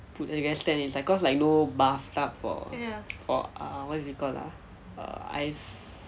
I just stand inside cause I no bathtub or or or ah what is it called ah err ice